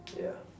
ya